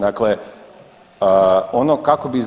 Dakle, ono kako bi